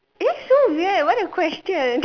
it's so weird what a question